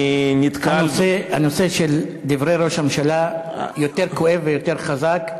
הנושא של דברי ראש הממשלה יותר כואב ויותר חזק,